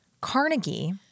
Carnegie